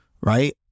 right